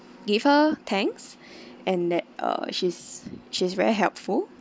give her thanks and then uh she's she's very helpful